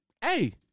Hey